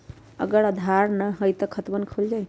अगर आधार न होई त खातवन खुल जाई?